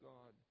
God